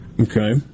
Okay